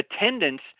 attendance